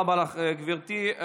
תודה רבה לך, גברתי.